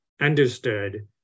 understood